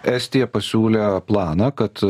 estija pasiūlė planą kad